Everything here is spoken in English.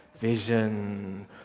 Vision